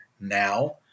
Now